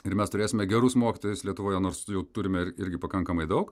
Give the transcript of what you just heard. ir mes turėsime gerus mokytojus lietuvoje nors jau turime ir irgi pakankamai daug